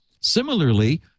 similarly